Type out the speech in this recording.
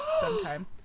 sometime